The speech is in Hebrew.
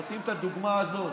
נותנים את הדוגמה הזאת: